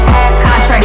Contract